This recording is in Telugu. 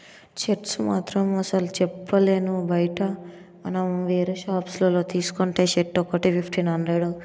షర్ట్స్ మాత్రం అసలు చెప్పలేను బయట మనం వేరే షాప్స్ లలో తీసుకుంటే షర్ట్ ఒక్కటే ఫిఫ్టీన్ హండ్రెడ్